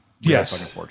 yes